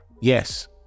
Yes